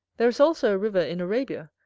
there is also a river in arabia,